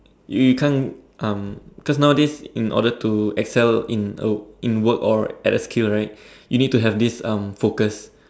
you you can't um cause nowadays in order to Excel in a in work or at a skill right you need to have this um focus